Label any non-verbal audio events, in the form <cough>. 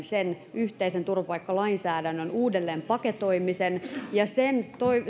<unintelligible> sen yhteisen turvapaikkalainsäädännön uudelleenpaketoimisen sen